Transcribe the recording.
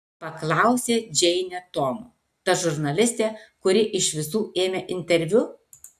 paklausė džeinė tomo ta žurnalistė kuri iš visų ėmė interviu